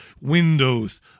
Windows